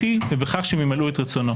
שמחה,